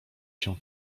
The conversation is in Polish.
się